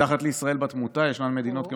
מתחת לישראל בתמותה ישנן מדינות,